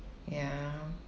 ya